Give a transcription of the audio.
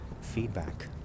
feedback